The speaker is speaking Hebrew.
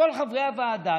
כל חברי הוועדה,